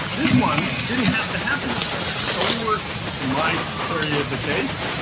this one didn't have to happen this way. you know, we were in my theory of the case,